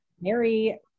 Mary